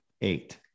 eight